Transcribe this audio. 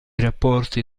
rapporti